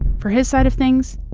for his side of things.